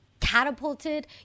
catapulted